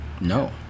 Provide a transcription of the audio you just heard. no